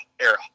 era